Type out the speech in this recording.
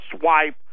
swipe